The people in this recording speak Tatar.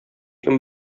кем